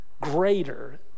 greater